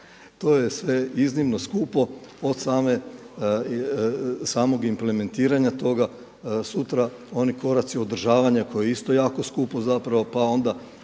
To je sve iznimno skupo od samog implementiranja toga sutra, oni koraci održavanja koji je isto jako skupo zapravo. Pa onda